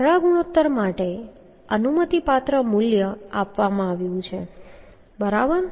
પાતળા ગુણોત્તરનું અનુમતિપાત્ર મૂલ્ય આપવામાં આવ્યું છે બરાબર